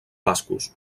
bascos